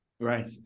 Right